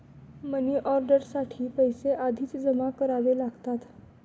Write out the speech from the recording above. money order साठी पैसे आधीच जमा करावे लागतात